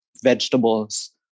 vegetables